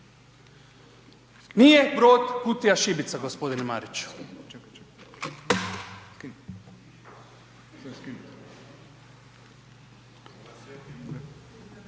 Nije brod kutija šibica, g. Mariću.